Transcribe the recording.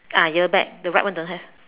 ah ear back the right one don't have